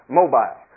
mobile